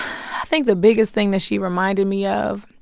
think the biggest thing that she reminded me of,